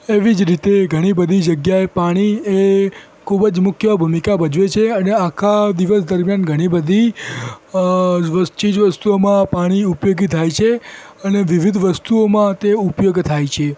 એવી જ રીતે ઘણી બધી જગ્યાએ પાણી એ ખૂબ જ મુખ્ય ભૂમિકા ભજવે છે અને આખા દિવસ દરમ્યાન ઘણી બધી અ રોજ ચીજ વસ્તુઓમાં પાણી ઉપયોગી થાય છે અને વિવિધ વસ્તુઓમાં તે ઉપયોગી થાય છે